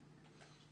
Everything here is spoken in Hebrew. הזו;